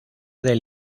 del